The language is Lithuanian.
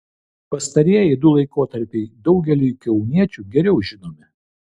pastarieji du laikotarpiai daugeliui kauniečių geriau žinomi